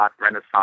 Renaissance